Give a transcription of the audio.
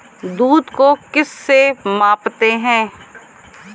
दूध को किस से मापते हैं?